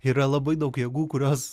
yra labai daug jėgų kurios